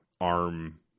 arm